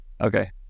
Okay